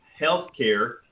healthcare